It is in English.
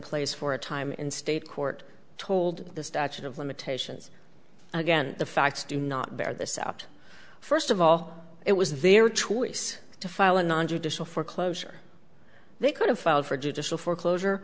place for a time in state court told the statute of limitations again the facts do not bear this out first of all it was their choice to file a non judicial foreclosure they could have filed for judicial foreclosure